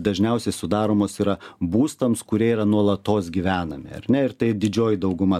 dažniausiai sudaromos yra būstams kurie yra nuolatos gyvenami ar ne ir tai didžioji dauguma